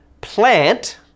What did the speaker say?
plant